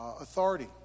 Authority